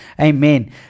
Amen